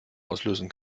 auslösen